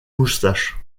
moustache